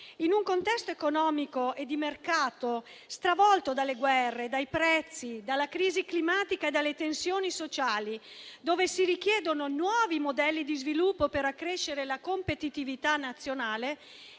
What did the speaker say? In un contesto economico e di mercato stravolto dalle guerre, dai prezzi, dalla crisi climatica e dalle tensioni sociali, dove si richiedono nuovi modelli di sviluppo per accrescere la competitività nazionale,